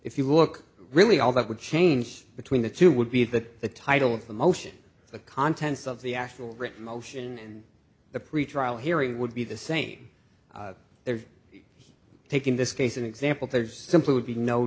you look really all that would change between the two would be that the title of the motion the contents of the actual written motion and the pretrial hearing would be the same they're taking this case an example there's simply would be no